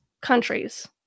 countries